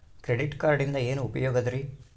Credit ಕಾರ್ಡಿನಿಂದ ಏನು ಉಪಯೋಗದರಿ?